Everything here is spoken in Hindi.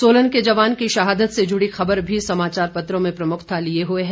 सोलन के जवान की शहादत से जुड़ी खबर भी समाचार पत्रों में प्रमुखता लिए हुए है